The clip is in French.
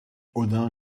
odin